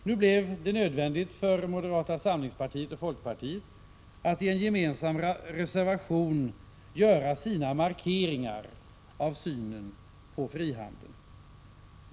Nu blev det nödvändigt för moderata samlingspartiet och folkpartiet att i en gemensam reservation göra sina markeringar av synen på frihandeln.